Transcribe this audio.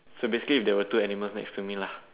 so basically if there were two animals next to me lah